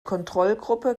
kontrollgruppe